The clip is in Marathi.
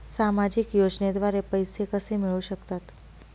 सामाजिक योजनेद्वारे पैसे कसे मिळू शकतात?